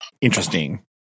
interesting